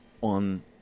on